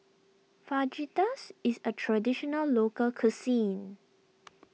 Fajitas is a Traditional Local Cuisine